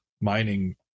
mining